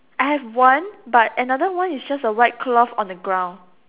I have one but another one is just a white cloth on the ground